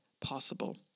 possible